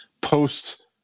post